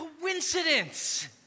coincidence